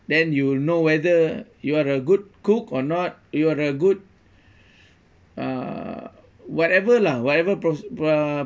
then you will know whether you are a good cook or not you are a good uh whatever lah whatever pros~ uh